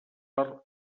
per